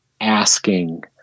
asking